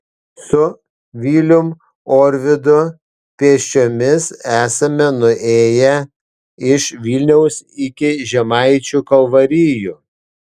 su vilium orvidu pėsčiomis esame nuėję iš vilniaus iki žemaičių kalvarijų